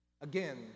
Again